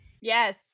Yes